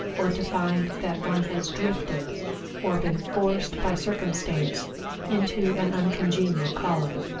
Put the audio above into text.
or to find that one has drifted or been forced by circumstance into an uncongenial calling.